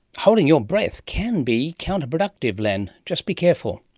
holding your breath can be counterproductive, len. just be careful.